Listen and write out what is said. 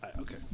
Okay